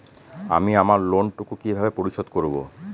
আমি আমার লোন টুকু কিভাবে পরিশোধ করব?